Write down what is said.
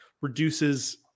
reduces